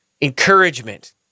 encouragement